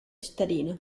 cittadina